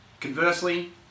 Conversely